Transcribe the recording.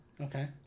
Okay